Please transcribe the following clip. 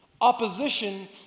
opposition